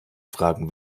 fragen